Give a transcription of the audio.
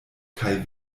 kaj